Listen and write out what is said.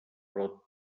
però